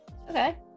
okay